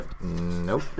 Nope